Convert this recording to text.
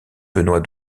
benoît